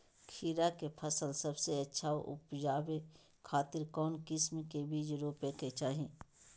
खीरा के फसल सबसे अच्छा उबजावे खातिर कौन किस्म के बीज रोपे के चाही?